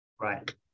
Right